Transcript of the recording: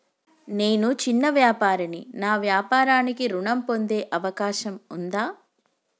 నేను చిన్న వ్యాపారిని నా వ్యాపారానికి ఋణం పొందే అవకాశం ఉందా?